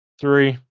three